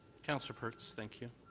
councillor perks, thank you.